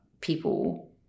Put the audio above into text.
people